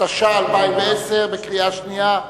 התש"ע 2010, בקריאה שנייה.